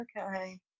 okay